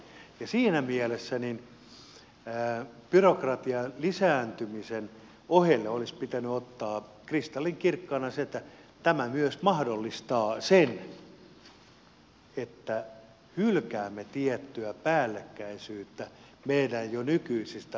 siinä mielessä byrokratian lisääntymisen oheen olisi pitänyt ottaa kristallinkirkkaana se että tämä myös mahdollistaa sen että hylkäämme tiettyä päällekkäisyyttä meidän jo nykyisistä malleistamme